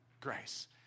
grace